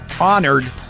honored